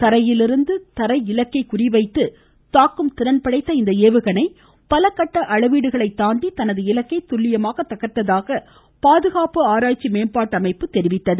தரையிலிருந்து மற்றொரு தரை இலக்கை குறி வைத்து தாக்கும் திறன்கொண்ட இந்த ஏவுகணை பலகட்ட அளவீடுகளை தாண்டி தனது இலக்கை துல்லியமாக தகர்த்ததாக பாதுகாப்பு அராய்ச்சி மேம்பாட்டு அமைப்பு தெரிவித்தது